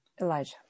Elijah